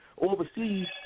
overseas